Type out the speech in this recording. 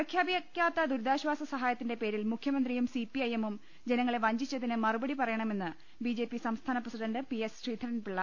പ്രഖ്യാപിക്കാത്ത ദുരിതാശ്ചാസ്മ സഹായത്തിന്റെ പേരിൽ മുഖ്യമന്ത്രിയും സിപിഐഎമ്മും ജനങ്ങളെ വഞ്ചിച്ചതിന് മറു പടി പറയണമെന്ന് ബിജെപി സംസ്ഥാന പ്രസിഡന്റ് പിഎസ് ശ്രീധരൻപിളള